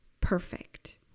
perfect